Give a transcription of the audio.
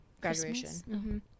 graduation